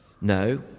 No